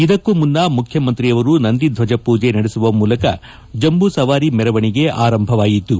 ಇದಕ್ಕೂ ಮುನ್ನ ಮುಖ್ಯಮಂತ್ರಿಯವರು ನಂದಿ ಧ್ವಜ ಪೂಜೆ ನಡೆಸುವ ಮೂಲಕ ಜಂಬೂ ಸವಾರಿ ಮೆರವಣಿಗೆ ಆರಂಭವಾಯಿತು